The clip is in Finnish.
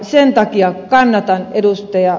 sen takia kannatan ed